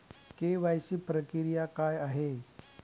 KYC प्रक्रिया काय आहे?